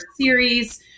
series